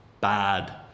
bad